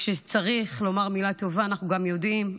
וכשצריך לומר מילה טובה, אנחנו גם יודעים.